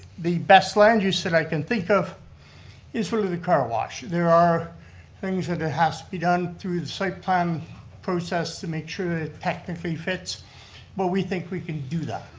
the best land use that i can think of is really the car wash. there are things that has to be done through the site plan process to make sure that it technically fits but we think we can do that.